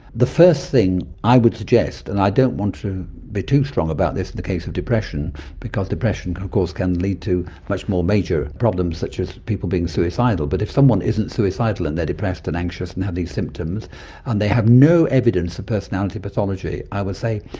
the first thing i would suggest, i don't want to be too strong about this in the case of depression because depression of course can lead to much more major problems such as people being suicidal, but if someone isn't suicidal and they are depressed and anxious and have these symptoms and they have no evidence of personality pathology, i would say,